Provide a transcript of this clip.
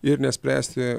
ir nespręsti